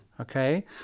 Okay